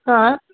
ஆ